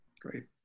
Great